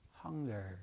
hunger